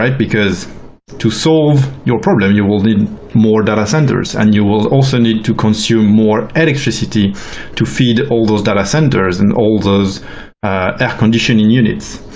because to solve your problem, you will need more data centers and you will also need to consume more electricity to feed all those data centers, and all those air conditioning units.